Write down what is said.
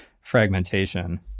fragmentation